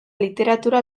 literatura